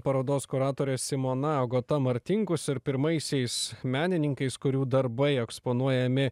parodos kuratore simona agota martinkus ir pirmaisiais menininkais kurių darbai eksponuojami